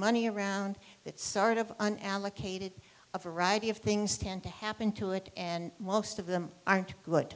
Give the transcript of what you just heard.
money around that sort of an allocated a variety of things tend to happen to it and most of them aren't good